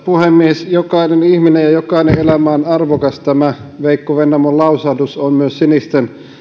puhemies jokainen ihminen ja jokainen elämä on arvokas tämä veikko vennamon lausahdus on myös sinisten